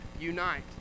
unite